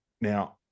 Now